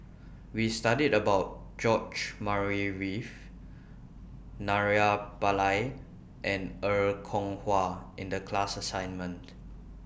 We studied about George Murray Reith Naraina Pillai and Er Kwong Wah in The class assignment